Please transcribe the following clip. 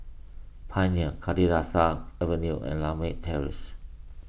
Pioneer Kalidasa Avenue and Lakme Terrace